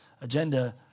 agenda